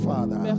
Father